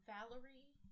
Valerie